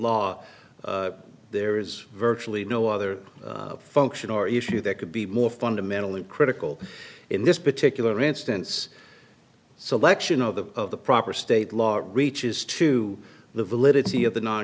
law there is virtually no other function or issue that could be more fundamentally critical in this particular instance selection of the of the proper state law reaches to the validity of the no